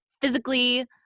physically